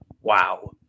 wow